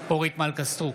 אורית מלכה סטרוק,